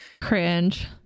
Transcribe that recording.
Cringe